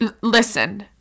Listen